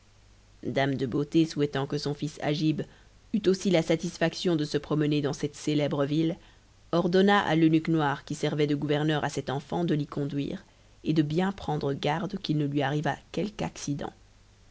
dame de beauté souhaitant que son fils agib eût aussi la satisfaction de se promener dans cette célèbre ville ordonna à l'eunuque noir qui servait de gouverneur à cet enfant de l'y conduire et de bien prendre garde qu'il ne lui arrivât quelque accident